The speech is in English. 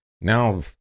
now